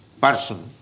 person